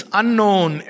unknown